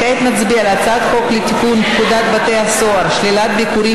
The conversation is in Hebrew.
כעת נצביע על הצעת חוק לתיקון פקודת בתי הסוהר (שלילת ביקורים